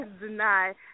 deny